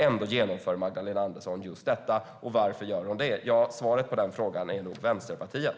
Ändå genomför Magdalena Andersson just detta. Varför gör hon det? Svaret på den frågan är nog: Vänsterpartiet.